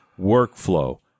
Workflow